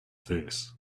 this